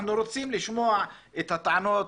אנחנו רוצים לשמוע את הטענות,